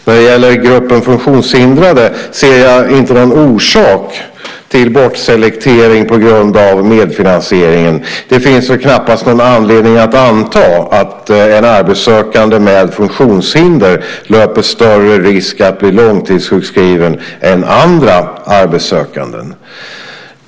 När det gäller gruppen funktionshindrade ser jag inte någon orsak till bortselektering på grund av medfinansieringen. Det finns knappast någon anledning att anta att en arbetssökande med funktionshinder löper större risk att bli långtidssjukskriven än andra arbetssökande.